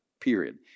period